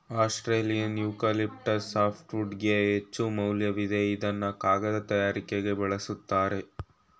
Australian eucalyptus ಸಾಫ್ಟ್ವುಡ್ಗೆ ಹೆಚ್ಚುಮೌಲ್ಯವಿದೆ ಇದ್ನ ಕಾಗದ ತಯಾರಿಕೆಗೆ ಬಲುಸ್ತರೆ